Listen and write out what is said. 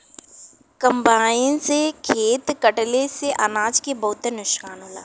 combine से खेत कटले से अनाज के बहुते नुकसान होला